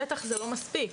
בשטח זה לא מספיק,